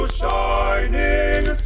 shining